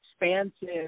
expansive